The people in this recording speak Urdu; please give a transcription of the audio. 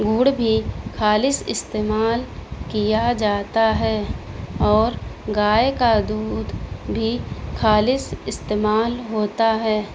گڑ بھی خالص استعمال کیا جاتا ہے اور گائے کا دودھ بھی خالص استعمال ہوتا ہے